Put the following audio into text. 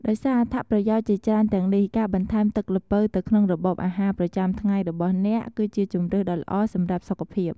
ដោយសារអត្ថប្រយោជន៍ជាច្រើនទាំងនេះ ការបន្ថែមទឹកល្ពៅទៅក្នុងរបបអាហារប្រចាំថ្ងៃរបស់អ្នក គឺជាជម្រើសដ៏ល្អសម្រាប់សុខភាព។